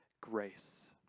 grace